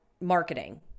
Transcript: marketing